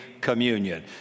communion